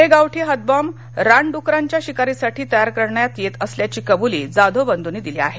हे गावठी हातबॉम्ब रानडुकराच्या शिकारीसाठी तयार करण्यात येत असल्याची कबूली जाधव बंधूंनी दिली आहे